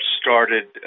started